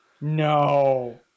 No